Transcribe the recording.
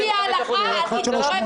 על פי ההלכה אני תורמת.